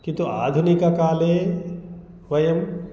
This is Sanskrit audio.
किन्तु आधुनिककाले वयं